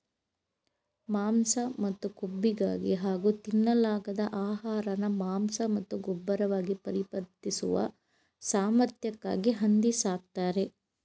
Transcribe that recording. ಮಾಂಸ ಮತ್ತು ಕೊಬ್ಬಿಗಾಗಿ ಹಾಗೂ ತಿನ್ನಲಾಗದ ಆಹಾರನ ಮಾಂಸ ಮತ್ತು ಗೊಬ್ಬರವಾಗಿ ಪರಿವರ್ತಿಸುವ ಸಾಮರ್ಥ್ಯಕ್ಕಾಗಿ ಹಂದಿ ಸಾಕ್ತರೆ